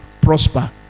prosper